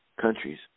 countries